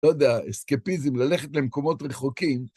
לא יודע, אסקפיזם, ללכת למקומות רחוקים.